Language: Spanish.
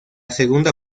segunda